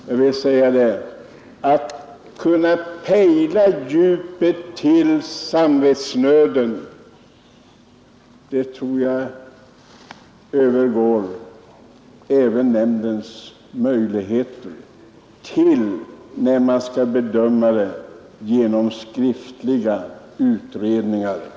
Jag vill säga: Att kunna pejla djupet av samvetsnöden tror jag övergår även nämndens möjligheter, när man skall bedöma det genom skriftliga utredningar.